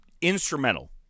instrumental